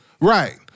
Right